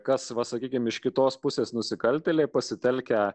kas va sakykime iš kitos pusės nusikaltėliai pasitelkę